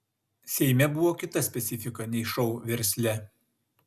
seime buvo kita specifika nei šou versle